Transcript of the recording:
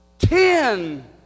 Ten